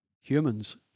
Humans